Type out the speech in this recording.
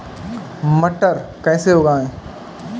मटर कैसे उगाएं?